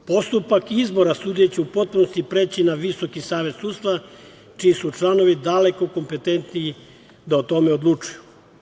Postupak izbora sudije će u potpunosti preći na Visoki savet sudstva, čiji su članovi daleko kompetentniji da o tome odlučuju.